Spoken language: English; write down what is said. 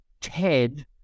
TED